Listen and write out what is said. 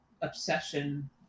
obsession